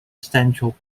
central